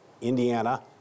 Indiana